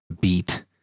beat